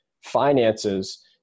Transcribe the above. finances